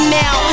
now